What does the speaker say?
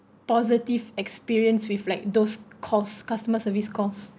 positive experience with like those calls customer service calls